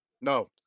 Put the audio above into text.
No